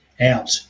out